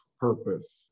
purpose